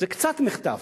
זה קצת מחטף.